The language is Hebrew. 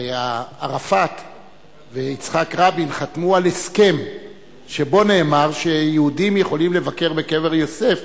ערפאת ויצחק רבין חתמו על הסכם שבו נאמר שיהודים יכולים לבקר בקבר יוסף.